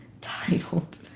titled